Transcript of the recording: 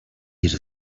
get